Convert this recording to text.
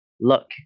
Look